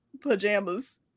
pajamas